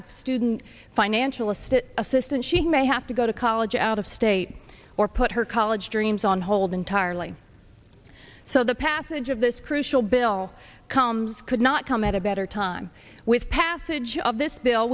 of student financial assistance assistance she may have to go to college out of state or put her college dreams on hold entirely so the passage of this crucial bill comes could not come at a better time with passage of this bill